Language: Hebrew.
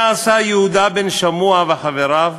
מה עשה יהודה בן שמוע וחבריו?